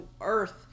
earth